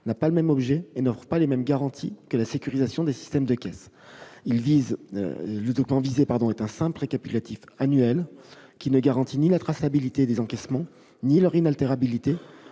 n'a pas le même objet et n'offre pas les mêmes garanties que la sécurisation des systèmes de caisse. Le document visé est un simple récapitulatif annuel, qui ne garantit ni la traçabilité des encaissements, ni leur inaltérabilité,